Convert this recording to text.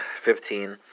fifteen